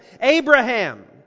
Abraham